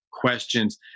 questions